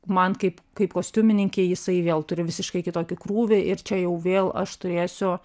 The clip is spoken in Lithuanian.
man kaip kaip kostiumininkei jisai vėl turi visiškai kitokį krūvį ir čia jau vėl aš turėsiu